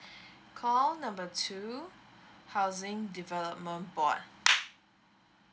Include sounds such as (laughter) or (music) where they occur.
call number two housing development board (noise)